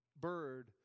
bird